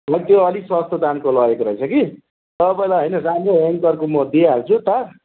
हो त्यो अलिक सस्तो दामको लगेको रहेछ कि तपाईँलाई होइन राम्रो एङ्करको म दिइहाल्छु तार